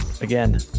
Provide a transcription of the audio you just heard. Again